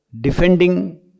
defending